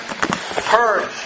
Purge